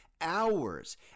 hours